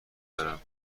دارم